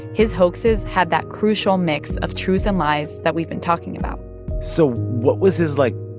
his hoaxes had that crucial mix of truth and lies that we've been talking about so what was his, like,